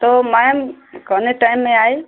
तो मैम कौने टाइम में आई